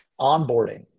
Onboarding